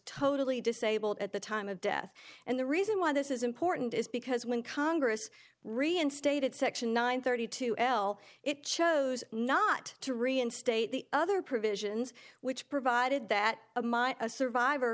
totally disabled at the time of death and the reason why this is important is because when congress reinstated section nine thirty two l it chose not to reinstate the other provisions which provided that my survivor